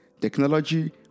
technology